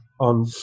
on